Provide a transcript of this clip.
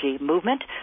movement